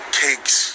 cakes